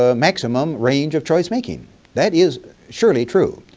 ah maximum range of choice-making that is surely true.